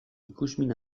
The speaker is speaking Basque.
ikusmin